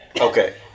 Okay